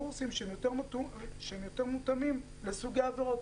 קורסים שהם יותר מותאמים לסוגי עבירות,